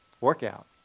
Workout